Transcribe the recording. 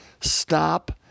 stop